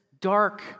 dark